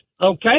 okay